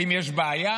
האם יש בעיה?